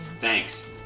Thanks